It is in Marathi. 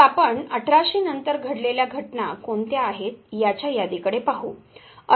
मग आपण 1800 नंतर घडलेल्या घटना कोणत्या आहेत याच्या यादीकडे पाहू